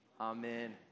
Amen